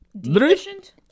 Deficient